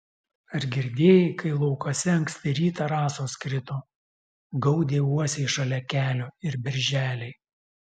ar girdėjai kai laukuose anksti rytą rasos krito gaudė uosiai šalia kelio ir berželiai